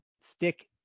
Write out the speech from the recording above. stick